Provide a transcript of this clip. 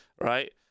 right